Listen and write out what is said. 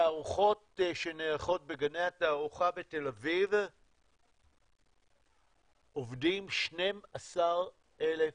בתערוכות שנערכות בגני התערוכה בתל-אביב עובדים 12,000 איש.